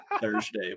Thursday